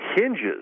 hinges